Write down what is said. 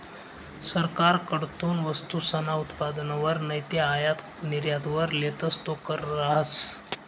सरकारकडथून वस्तूसना उत्पादनवर नैते आयात निर्यातवर लेतस तो कर रहास